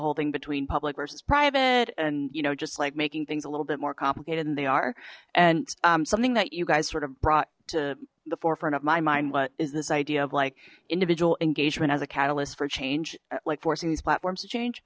whole thing between public versus private and you know just like making things a little bit more complicated than they are and something that you guys sort of brought to the forefront of my mind what is this idea of like individual engagement as a catalyst for change like forcing these platforms to change